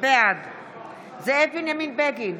בעד זאב בנימין בגין,